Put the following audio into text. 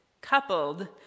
coupled